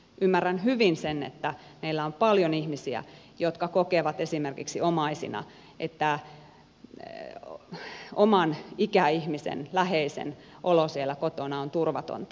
ymmärrän hyvin sen että meillä on paljon ihmisiä jotka kokevat esimerkiksi omaisina että oman läheisen ikäihmisen olo siellä kotona on turvatonta